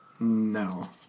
No